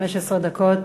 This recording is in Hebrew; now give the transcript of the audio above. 15 דקות.